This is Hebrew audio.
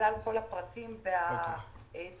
אבל לקורונה יש